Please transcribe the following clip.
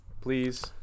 Please